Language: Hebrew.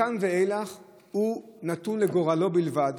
מכאן ואילך הוא נתון לגורלו בלבד,